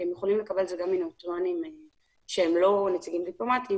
כי הם מוכנים לקבל את זה גם מנוטריונים שהם לא נציגים דיפלומטיים,